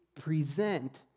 present